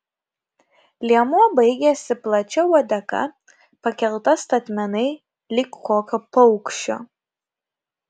liemuo baigėsi plačia uodega pakelta statmenai lyg kokio paukščio